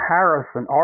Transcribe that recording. Harrison